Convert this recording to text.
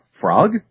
frog